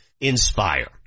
Inspire